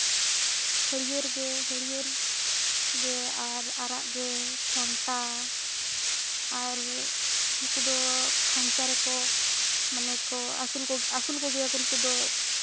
ᱦᱟᱹᱲᱭᱟᱹᱨ ᱜᱮ ᱦᱟᱹᱲᱭᱟᱹᱨ ᱜᱮ ᱟᱨ ᱟᱨᱟᱜ ᱜᱮ ᱴᱷᱚᱱᱴᱟ ᱟᱨ ᱱᱤᱠᱩ ᱫᱚ ᱠᱷᱟᱧᱪᱟ ᱨᱮᱠᱚ ᱢᱟᱱᱮ ᱠᱚ ᱟᱹᱥᱩᱞ ᱟᱹᱥᱩᱞ ᱠᱚᱜᱮᱭᱟᱠᱚ ᱱᱩᱠᱩ ᱫᱚ